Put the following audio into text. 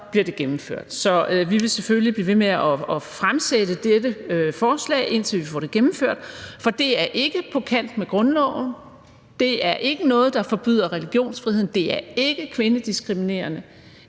bliver det gennemført. Så vi vil selvfølgelig blive ved med at fremsætte dette forslag, indtil vi får det gennemført, for det er ikke på kant med grundloven, det er ikke noget, der forbyder religionsfriheden, det er ikke kvindediskriminerende,